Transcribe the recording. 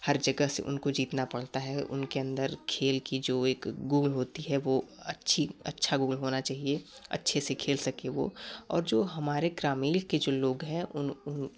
हर जगह से उनको जितना पड़ता है उनके अँदर खेल की जो एक गोल होती है वो अच्छी अच्छा गोल होना चाहिए अच्छे से खेल सकें वो और जो हमारे ग्रामीण के जो लोग हैं उन उन